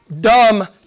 dumb